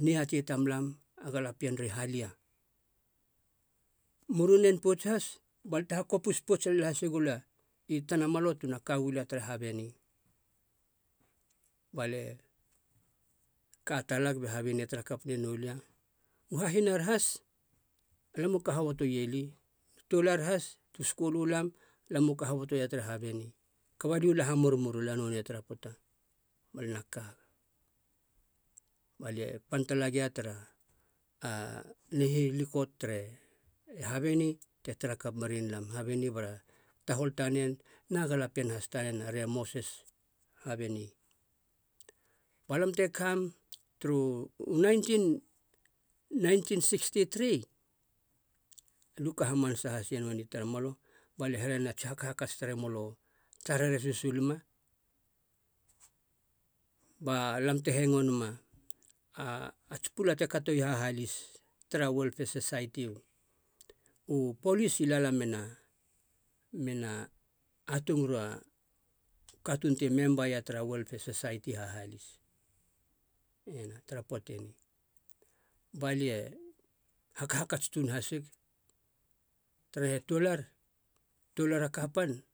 niatei tamlam a galapien ri halia. Murunen pouts has bal te hakopis pouts lel hasi gula i tanamalo tuna kau lia tere habeni. Balie ka talag be habenie tara kap ne noulia, u hahinar has alam u ka hobotoe li u toular has tu skul u lam u ka hobotoia tere habeni. Kaba liu la hamurimurila nonei tara poata balie na kag. Balie pan tala gia tara nihilikot tere habeni, te tara kap merien lam. Habeni bara tahol tanen na galapien hastaren, re mosis habeni. Balam te kam turu nineteen nineteen sixty three, aliu ka hamanasa hasia i tanamalo, balie here na tsi hakhakats tar e molo tarere susuluma balam te hengo nema a ats pula te katoia i hahalis tara uelfe sasaiti. U polis i lala mena mena atungura u katuun ti membaia tara uelfe sasaiti hahalis, ena tara poate ni. Balie hakhakats tuun hasig, tarahe toular, toular a kapan,